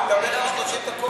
הוא מדבר 30 דקות.